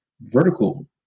vertical